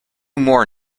more